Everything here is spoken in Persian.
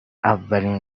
اولین